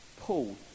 Paul